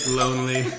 lonely